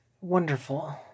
Wonderful